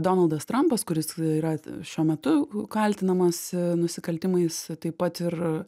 donaldas trampas kuris yra šiuo metu kaltinamas nusikaltimais taip pat ir